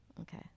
Okay